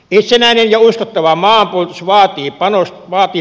itsenäinen ja uskottava maanpuolustus vaatii panostuksia